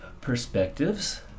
perspectives